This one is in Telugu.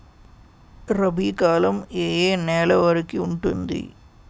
రబీ కాలం ఏ ఏ నెల వరికి ఉంటుంది?